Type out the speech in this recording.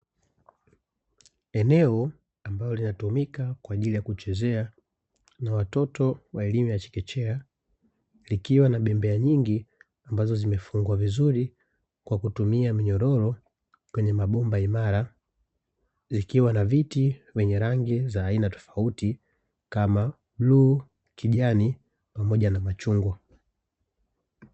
Eneo ambalo linatumika kwa ajili ya kuchezea watoto wa elimu ya chekechea likiwa bembea nyingi ambazo zimefungwa vizuri kwa kutumia mnyororo kwenye ma bomba imara zikiwa na viti zenye rangi tofauti kama; bluu, kijani pamoja na chungwa.